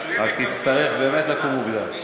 אבל תצטרך לקום מוקדם.